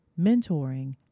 mentoring